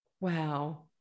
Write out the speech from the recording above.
wow